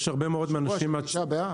תשעה באב?